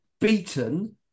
beaten